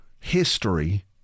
history